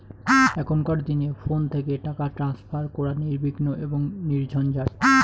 এখনকার দিনে ফোন থেকে টাকা ট্রান্সফার করা নির্বিঘ্ন এবং নির্ঝঞ্ঝাট